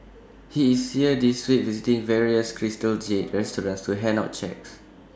he is here this week visiting various crystal jade restaurants to hand out cheques